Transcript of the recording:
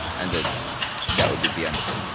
and that that would be the end of it.